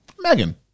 Megan